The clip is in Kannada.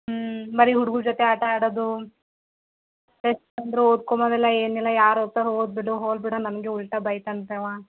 ಹ್ಞೂ ಬರೀ ಹುಡ್ಗುರು ಜೊತೆ ಆಟ ಆಡೋದು ಟೆಸ್ಟ್ ಬಂದರು ಓದ್ಕೊಮೋದಿಲ್ಲ ಏನಿಲ್ಲ ಯಾರು ಓದ್ತಾರೆ ಹೋಲ್ಬಿಡು ಹೋಲ್ಬಿಡು ನನಗೆ ಉಲ್ಟಾ ಬೈತಾನೆ ರೀ ಅವ